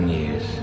years